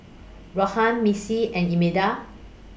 Rhona Missy and Imelda